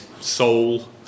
soul